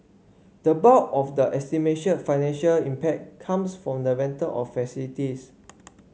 the bulk of the financial impact comes from the rental of facilities